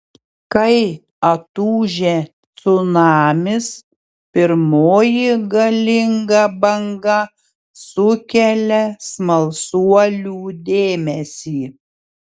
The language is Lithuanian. kai atūžia cunamis pirmoji galinga banga sukelia smalsuolių dėmesį